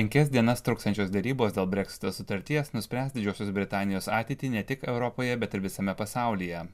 penkias dienas truksiančios derybos dėl breksito sutarties nuspręs didžiosios britanijos ateitį ne tik europoje bet ir visame pasaulyje